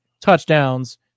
touchdowns